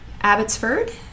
Abbotsford